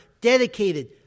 dedicated